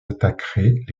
attaqueraient